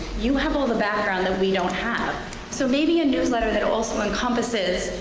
you have all the background that we don't have so maybe a newsletter that also encompasses,